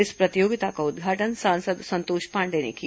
इस प्रतियोगिता का उद्घाटन सांसद संतोष पांडेय ने किया